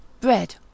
Bread